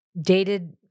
dated